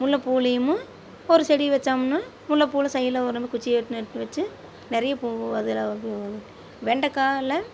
முல்லை பூலேயுமும் ஒரு செடி வைச்சோம்னா முல்லை பூவில் சைடில் ஒரு குச்சியை வெட் நட்டு வெச்சு நிறைய பூ அதில் வெ வெண்டைக்கால